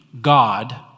God